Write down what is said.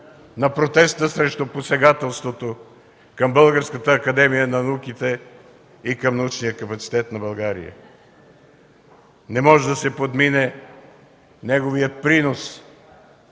на протеста срещу посегателството към Българската академия на науките и към научния капацитет на България. Не може да се подмине неговият принос